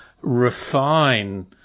refine